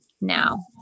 now